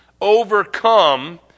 overcome